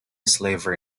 slavery